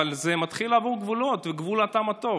אבל זה מתחיל לעבור גבולות ואת גבול הטעם הטוב.